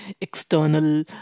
external